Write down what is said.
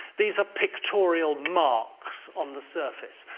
these are pictorial marks on the surface,